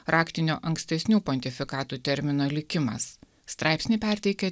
raktinio ankstesnių pontifikatų termino likimas straipsnį perteikia